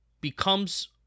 becomes